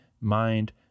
mind